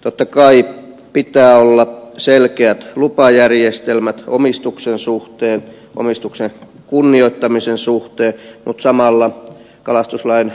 totta kai pitää olla selkeät lupajärjestelmät omistuksen suhteen omistuksen kunnioittamisen suhteen mutta samalla kalastuslain